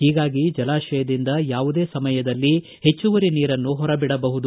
ಹೀಗಾಗಿ ಜಲಾಶಯದಿಂದ ಯಾವುದೇ ಸಮಯದಲ್ಲಿ ಹೆಚ್ಚುವರಿ ನೀರನ್ನು ಹೊರಬಿಡಬಹುದು